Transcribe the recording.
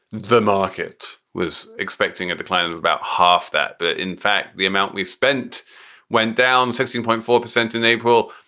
the market was expecting a decline of about half that. but in fact, the amount we spent went down sixteen point four percent in april.